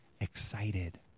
Excited